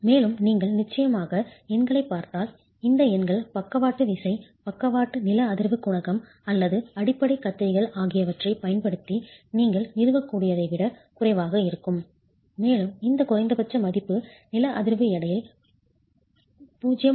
மேலும் நீங்கள் நிச்சயமாக எண்களைப் பார்த்தால் இந்த எண்கள் பக்கவாட்டு லேட்ரல் விசை பக்கவாட்டு லேட்ரல் நில அதிர்வு குணகம் அல்லது அடிப்படை கத்தரிகள் ஆகியவற்றைப் பயன்படுத்தி நீங்கள் நிறுவக்கூடியதை விட குறைவாக இருக்கும் மேலும் இந்த குறைந்தபட்ச மதிப்பு நில அதிர்வு எடையில் 0